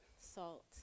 salt